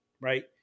right